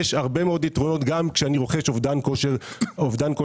יש הרבה מאוד יתרונות גם כשאני רוכש אובדן כושר עבודה.